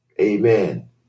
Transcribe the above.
Amen